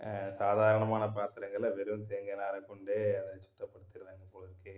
சாதாரணமான பாத்திரங்கள வெறும் தேங்காய் நாரை கொண்டே அதை சுத்தப்படுத்திருவாங்க போலிருக்கு